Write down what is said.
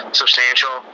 substantial